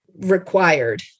required